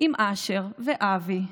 עם אשר ואבי,